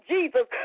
Jesus